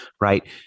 right